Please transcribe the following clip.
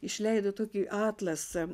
išleido tokį atlasą